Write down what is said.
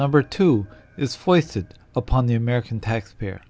number two is foisted upon the american taxpayer